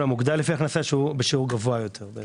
המוגדל לפי הכנסה בשיעור גבוה יותר.